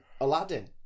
Aladdin